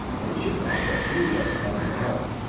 and it should last but three reels, that is, an hour.